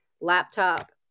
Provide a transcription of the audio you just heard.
laptop